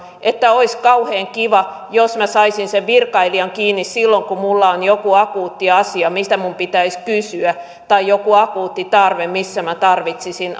että olisi kauhean kiva jos minä saisin sen virkailijan kiinni silloin kun minulla on joku akuutti asia mitä minun pitäisi kysyä tai joku akuutti tarve missä minä tarvitsisin